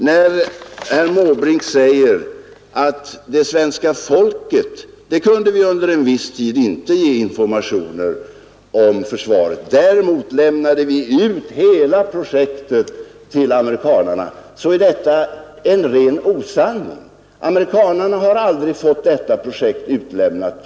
Herr Måbrink säger att vi under en viss tid inte kunde ge det svenska folket informationer, medan vi samtidigt lämnade ut hela projektet till amerikanerna. Detta är en ren osanning. Amerikanerna har aldrig fått detta projekt utlämnat.